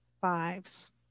fives